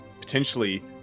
potentially